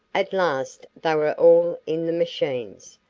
at last they were all in the machines,